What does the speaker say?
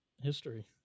History